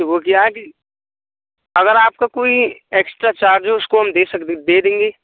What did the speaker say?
वो क्या है कि अगर आपका कोई एक्स्ट्रा चार्ज हो उसका हम दे सकते हैं हम दे देंगे